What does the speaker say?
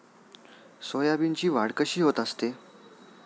सोयाबीनची वाढ कशी होत असते?